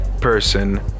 person